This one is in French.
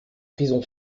prison